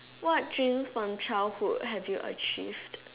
what dreams from childhood have you achieved